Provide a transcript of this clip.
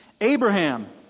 Abraham